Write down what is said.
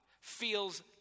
feels